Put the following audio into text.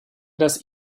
das